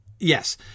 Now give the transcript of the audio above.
Yes